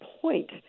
point